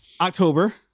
October